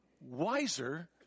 wiser